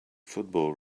football